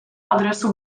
adresu